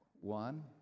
One